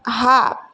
હા